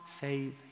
save